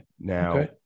Now